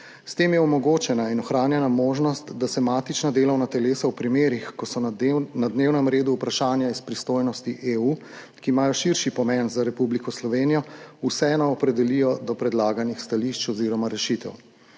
S tem je omogočena in ohranjena možnost, da se matična delovna telesa v primerih, ko so na dnevnem redu vprašanja iz pristojnosti EU, ki imajo širši pomen za Republiko Slovenijo, vseeno opredelijo do predlaganih stališč oziroma rešitev.